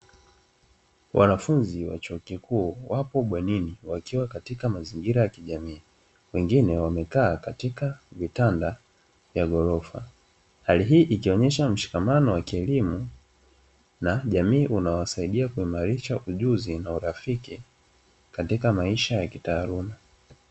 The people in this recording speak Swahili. Wanafunzi wa chuo kikuu wapo bwenini wakiwa katika mazingira ya kijamii, wengine wamekaa katika vitanda vya ghorofa. Hali hii ikionyesha mshikamano wa kielimu na jamii unaowasaidia kuimarisha ujuzi na urafiki katika maisha ya kitaaluma.